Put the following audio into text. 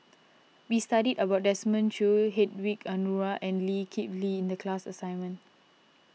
we studied about Desmond Choo Hedwig Anuar and Lee Kip Lee in the class assignment